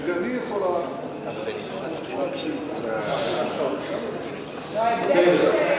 יש אפשרות שנייה, שגם היא יכולה לשמוע, בסדר.